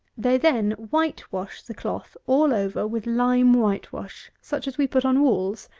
they then white-wash the cloth all over with lime white-wash, such as we put on walls,